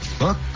Look